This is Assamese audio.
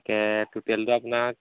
তাকে টুটেলটো আপোনাক